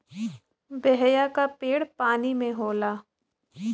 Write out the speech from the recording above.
बेहया क पेड़ पानी में होला